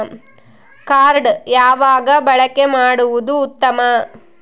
Card ಯಾವಾಗ ಬಳಕೆ ಮಾಡುವುದು ಉತ್ತಮ?